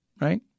right